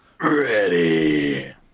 Ready